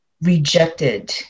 rejected